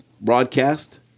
broadcast